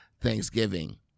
Thanksgiving